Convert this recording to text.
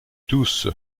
tous